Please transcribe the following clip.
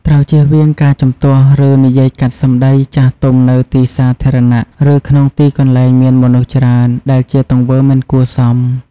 ត្រូវជៀសវាងការជំទាស់ ឬនិយាយកាត់សម្ដីចាស់ទុំនៅទីសាធារណៈ ឬក្នុងទីកន្លែងមានមនុស្សច្រើន ដែលជាទង្វើមិនគួរសម។